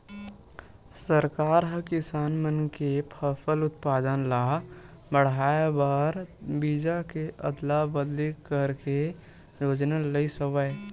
सरकार ह किसान मन के फसल उत्पादन ल बड़हाए बर बीजा के अदली बदली करे के योजना लइस हवय